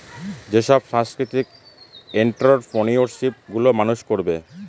যেসব সাংস্কৃতিক এন্ট্ররপ্রেনিউরশিপ গুলো মানুষ করবে